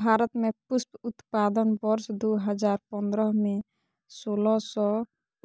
भारत में पुष्प उत्पादन वर्ष दो हजार पंद्रह में, सोलह सौ